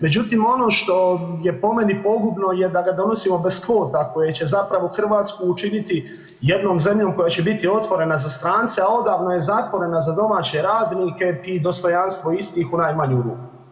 Međutim, ono što je po meni pogubno je da ga donosimo bez kvota koje će zapravo Hrvatsku učiniti jednom zemljom koja će biti otvorena za strance, a odavno je zatvorena za domaće radnike i dostojanstvo istih u najmanju ruku.